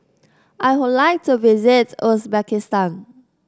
I would like to visit Uzbekistan